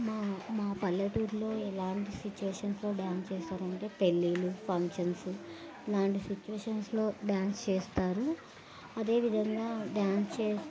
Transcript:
మా మా పల్లెటూరిలో ఎలాంటి సిచ్యువేషన్స్లో డ్యాన్స్ చేస్తారంటే పెళ్ళళ్లు ఫంక్షన్స్ ఇలాంటి సిచ్యువేషన్స్లో డ్యాన్స్ చేస్తారు అదేవిధంగా డ్యాన్స్ చే